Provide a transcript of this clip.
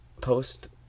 Post